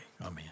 Amen